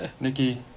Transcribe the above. Nikki